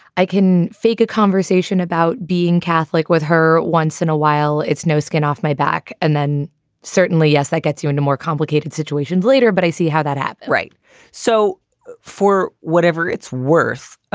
i can fake a conversation about being catholic with her once in a while. it's no skin off my back. and then certainly, yes, that gets you into more complicated situations later. but i see how that app right so for whatever it's worth,